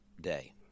day